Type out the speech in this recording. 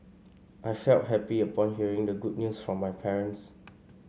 I felt happy upon hearing the good news from my parents